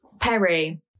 Perry